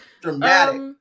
Dramatic